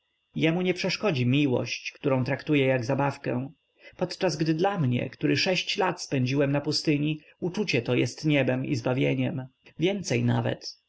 jemu nie przeszkodzi miłość którą traktuje jak zabawkę podczas gdy dla mnie który sześć lat spędziłem na pustyni uczucie to jest niebem i zbawieniem więcej nawet